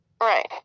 Right